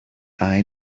eye